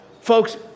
Folks